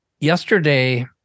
yesterday